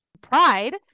Pride